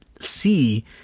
see